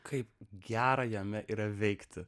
kaip gera jame yra veikti